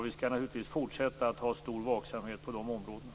Vi skall naturligtvis fortsätta att ha stor vaksamhet på dessa områden.